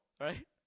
right